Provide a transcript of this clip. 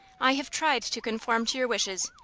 i have tried to conform to your wishes,